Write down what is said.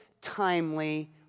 timely